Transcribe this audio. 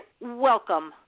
welcome